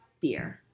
beer